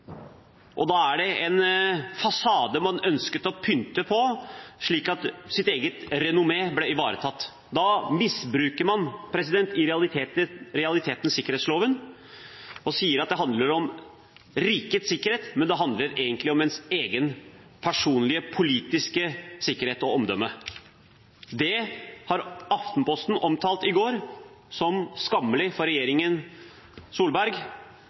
det. Da er det en fasade man ønsket å pynte på, slik at ens eget renommé ble ivaretatt. Da misbruker man i realiteten sikkerhetsloven og sier at det handler om rikets sikkerhet, mens det egentlig handler om ens egen personlige, politiske sikkerhet og omdømme. Det omtalte Aftenposten i går som skammelig for regjeringen Solberg,